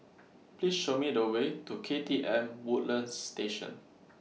Please Show Me The Way to K T M Woodlands Station